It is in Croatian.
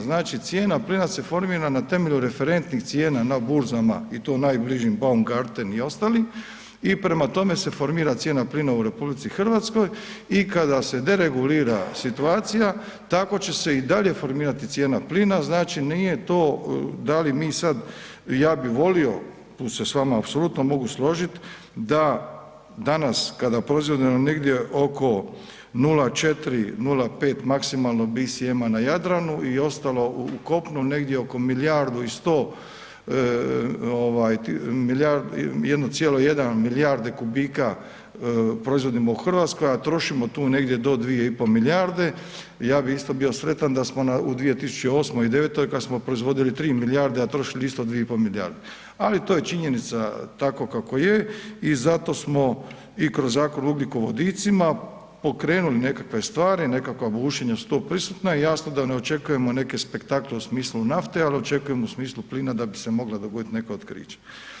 Znači cijena plina se formira na temelju referentnih cijena na burzama i to najbližim Baumgartner i ostali i prema tome se formira cijena plina u RH i kada se deregulira situacija, tako će se i dalje formirati cijena plina, znači nije to da li mi sad, ja bi volio, tu se s vama apsolutno mogu složiti da danas kada proizvodimo negdje oko 0,4, 0,5 BCM-a na Jadranu i ostalo u kopnu, negdje oko milijardu i sto, 1,1 milijarde kubika proizvodimo u Hrvatskoj a trošimo tu negdje do 2,5 milijarde, ja bi isto bio sretan da smo u 2008. i 2009. kad smo proizvodili 3 milijarde a trošili isto 2,5 milijarde ali to je činjenica tako kako je i zato smo i kroz ... ugljikovodicima pokrenuli nekakve stvari, nekakva bušenja su tu prisutna i jasno da ne očekujemo neke spektakle u smislu nafte ali očekujemo u smislu plina da bi se mogla dogoditi neka otkrića.